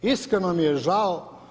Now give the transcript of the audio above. Iskreno mi je žao.